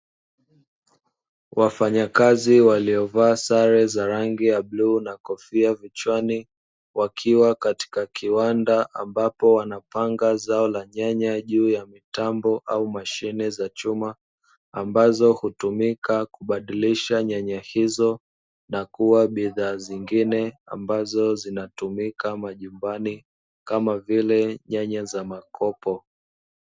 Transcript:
Wafanyakazi waliovaa sare za rangi ya bluu na kofia vichwani, wakiwa katika kiwanda ambapo wanapanga zao la nyanya juu ya mitambo au mashine za chuma, ambazo hutumika kubadilisha nyanya hizo na kuwa bidhaa zingine, ambazo zinatumika majumbani, kama vile nyanya za makopo.